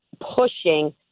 pushing